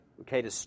okay